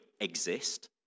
exist